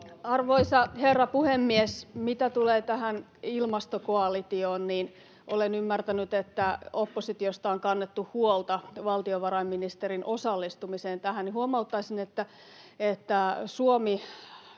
Arvoisa herra puhemies! Mitä tulee tähän ilmastokoalitioon, niin olen ymmärtänyt, että oppositiosta on kannettu huolta valtiovarainministerin osallistumisesta tähän, ja huomauttaisin, että Suomi